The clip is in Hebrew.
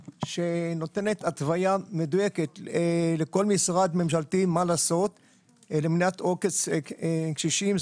שנותנת התוויה מדויקת לכל משרד ממשלתי מה לעשות למניעת עוקץ קשישים.